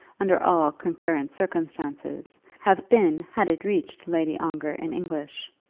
under all concurrent circumstances, have been had it reached lady ongar in english.